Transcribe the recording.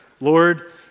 Lord